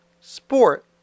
sport